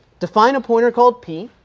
define a pointer called p.